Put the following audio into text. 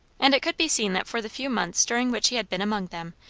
and it could be seen that for the few months during which he had been among them,